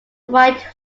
white